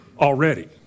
already